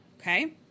okay